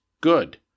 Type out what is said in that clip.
Good